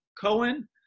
Cohen